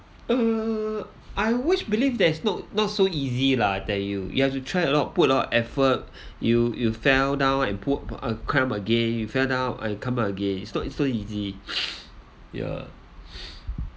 uh I always believe that's no not so easy lah I tell you you have to try a lot of put a lot of effort you you fell down and put uh climb climb again you fell down you come again it's not it's not so easy ya